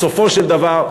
בסופו של דבר,